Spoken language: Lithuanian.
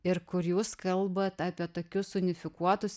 ir kur jūs kalbat apie tokius unifikuotus